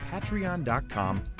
patreon.com